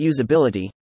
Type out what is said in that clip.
usability